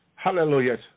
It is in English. Hallelujah